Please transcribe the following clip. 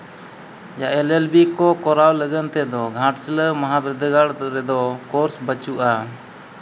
ᱡᱟᱦᱟᱸ L L B ᱠᱚ ᱠᱚᱨᱟᱣ ᱞᱟᱹᱜᱤᱫ ᱛᱮᱫᱚ ᱜᱷᱟᱴᱥᱤᱞᱟᱹ ᱢᱚᱦᱟ ᱵᱤᱨᱫᱟᱹᱜᱟᱲ ᱨᱮᱫᱚ ᱠᱳᱨᱥ ᱵᱟᱹᱪᱩᱜᱼᱟ